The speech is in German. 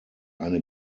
eine